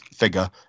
figure